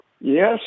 Yes